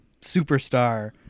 superstar